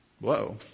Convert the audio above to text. Whoa